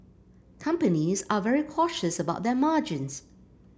companies are very cautious about their margins